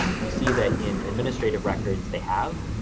um you see that in administrative records they have,